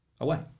away